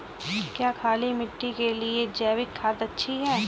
क्या काली मिट्टी के लिए जैविक खाद अच्छी है?